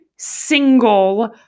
single